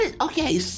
Okay